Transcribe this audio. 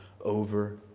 over